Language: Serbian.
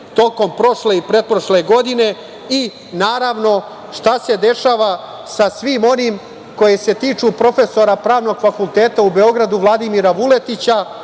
tokom prošle i pretprošle godine? I, naravno, šta se dešava sa svim onim koji se tiču profesora Pravnog fakulteta u Beogradu Vladimira Vuletića,